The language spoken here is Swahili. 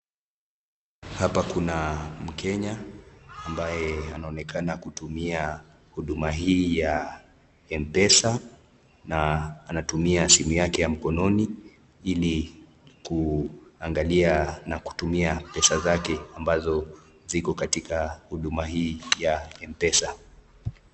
Hapa kuna mkenya ambaye anaonekana kutumia huduma hii ya Mpesa na anatumia simu yake ya mkononi ili kuangalia na kutumia pesa zake ambazo ziko katika huduma hii ya Mpesa.